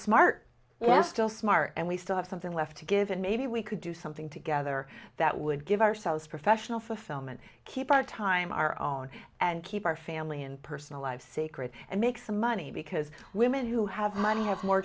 smart we're still smart and we still have something left to give and maybe we could do something together that would give ourselves professional fulfillment keep our time our own and keep our family and personal life secret and make some money because women who have money have more